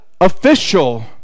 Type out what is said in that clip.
official